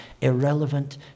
irrelevant